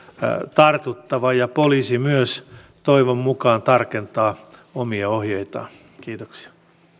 tartuttava ja poliisi myös toivon mukaan tarkentaa omia ohjeitaan kiitoksia